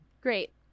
Great